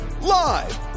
live